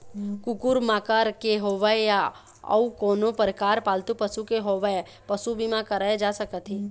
कुकुर माकर के होवय या अउ कोनो परकार पालतू पशु के होवय पसू बीमा कराए जा सकत हे